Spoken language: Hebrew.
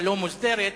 הלא-מוסדרת,